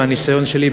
מהניסיון שלי,